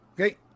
Okay